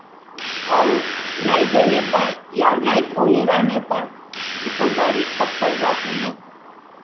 और नहीं देने पर या नहीं पूँजी रहने पर दुकानदारी ठप्प पड़ जाती है